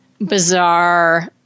bizarre